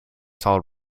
tall